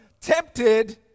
tempted